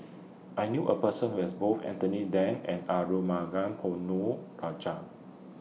I knew A Person Who has Both Anthony Then and Arumugam Ponnu Rajah